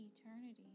eternity